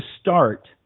start